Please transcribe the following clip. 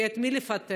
כי את מי לפטר?